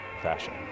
fashion